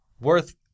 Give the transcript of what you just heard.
worth